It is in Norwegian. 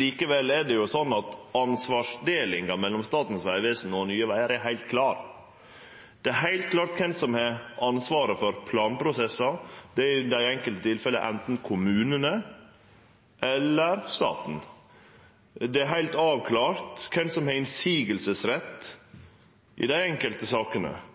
Likevel: Ansvarsdelinga mellom Statens vegvesen og Nye Vegar er heilt klar. Det er heilt klart kven som har ansvaret for planprosessar. Det er i dei enkelte tilfella enten kommunane eller staten. Det er heilt avklart kven som har motsegnsrett i dei enkelte sakene,